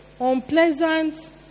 Unpleasant